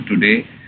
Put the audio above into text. today